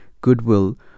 goodwill